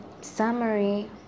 summary